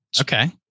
Okay